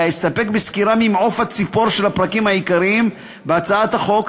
אלא אסתפק בסקירה ממעוף הציפור של הפרקים העיקריים בהצעת החוק,